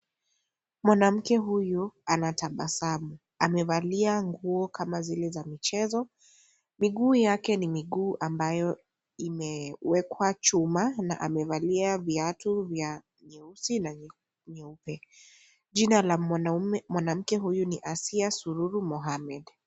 Mwanamke huyu anatabasamu amevalia nguo kama zile za michezo miguu yake ni miguu ambayo imewekwa chuma na amevalia viatu vya rangi ya nyeusi na nyeupe jina la mwanamke huyu ni Asiya Sururu Mohammed.